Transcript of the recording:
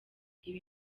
ibi